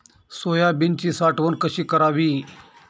सोयाबीनची साठवण कशी करावी?